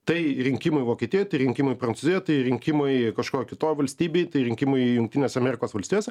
tai rinkimai vokietijoj rinkimai prancūzijoj tai rinkimai kažkokioj kitoj valstybėj rinkimai jungtinėse amerikos valstijose